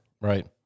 Right